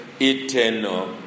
eternal